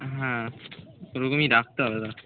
হ্যাঁ ওরকমই রাখতে হবে দাম